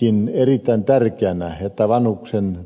pidänkin erittäin tärkeänä että vanhuksen